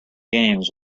games